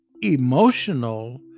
emotional